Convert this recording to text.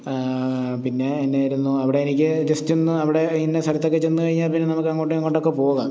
പിന്നെ എന്നേരുന്നു അവിടെ എനിക്ക് ജസ്റ്റൊന്ന് അവിടെ ഇന്ന സ്ഥലത്തൊക്കെ ചെന്ന് കഴിഞ്ഞാല്പ്പിന്നെ എപ്പോഴും അങ്ങോട്ടും ഇങ്ങോട്ടുമൊക്കെ പോകാം